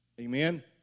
Amen